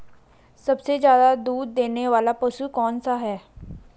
सबसे ज़्यादा दूध देने वाला पशु कौन सा है?